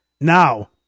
Now